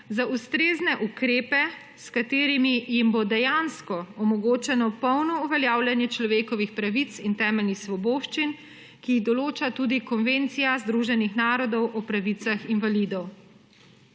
za ustrezne ukrepe, s katerimi jim bo dejansko omogočeno polno uveljavljanje človekovih pravic in temeljnih svoboščin, ki jih določa tudi konvencija Združenih narodov o pravicah invalidov.